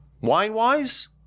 wine-wise